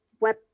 web